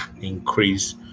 increase